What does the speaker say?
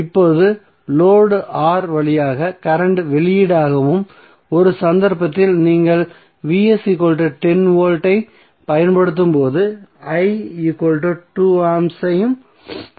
இப்போது load R வழியாக current வெளியீடாகவும் ஒரு சந்தர்ப்பத்தில் நீங்கள் 10 V ஐப் பயன்படுத்தும்போது 2 A ஐயும் கொடுங்கள்